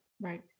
right